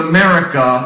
America